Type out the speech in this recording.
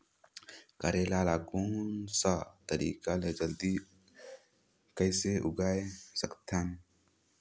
करेला ला कोन सा तरीका ले जल्दी कइसे उगाय सकथन?